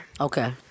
Okay